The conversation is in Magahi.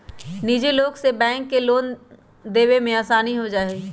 निजी लोग से बैंक के लोन देवे में आसानी हो जाहई